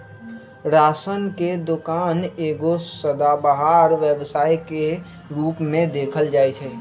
ration के दोकान एगो सदाबहार व्यवसाय के रूप में देखल जाइ छइ